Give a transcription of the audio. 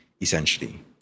essentially